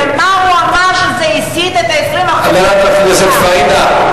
ומה הוא אמר שזה הסית את ה-20% חברת הכנסת פאינה,